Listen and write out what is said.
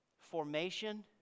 Formation